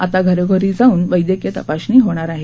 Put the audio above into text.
आता घरोघरी जाऊन वैदयकीय तपासणी होणार आहे